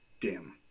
dim